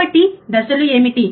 కాబట్టి దశలు ఏమిటి